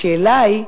השאלה היא,